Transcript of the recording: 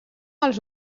als